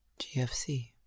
GFC